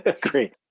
Great